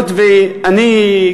אני,